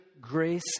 grace